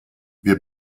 wir